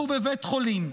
והוא בבית חולים.